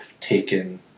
taken